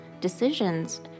decisions